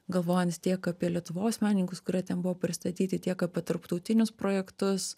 galvojant tiek apie lietuvos menininkus kurie ten buvo pristatyti tiek apie tarptautinius projektus